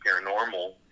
Paranormal